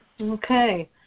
Okay